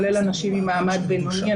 כולל אנשים ממעמד בינוני.